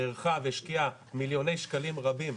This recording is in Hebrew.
נערכה והשקיעה מיליוני שקלים רבים,